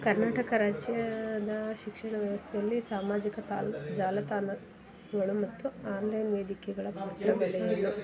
ಕರ್ನಾಟಕ ರಾಜ್ಯದ ಶಿಕ್ಷಣ ವ್ಯವಸ್ಥೆಯಲ್ಲಿ ಸಾಮಾಜಿಕ ತಾಲ್ ಜಾಲತಾಣಗಳು ಮತ್ತು ಆನ್ಲೈನ್ ವೇದಿಕೆಗಳ ಪಾತ್ರಗಳೇನು